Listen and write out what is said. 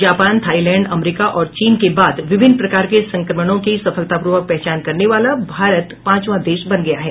Japan Thailand America और चीन के बाद विभिन्न प्रकार के संक्रमणों की सफलतापूर्वक पहचान करने वाला भारत पांचवां देश बन गया है